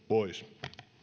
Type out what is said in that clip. pois